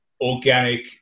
organic